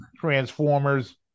Transformers